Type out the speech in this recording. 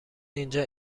اینجا